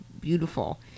beautiful